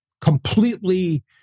completely